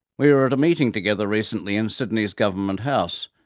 we were at a meeting together recently in sydney's government house.